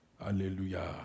Hallelujah